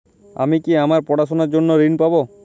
আমি কি আমার পড়াশোনার জন্য ঋণ পাব?